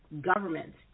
government